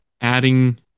adding